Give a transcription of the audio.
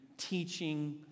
teaching